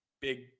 big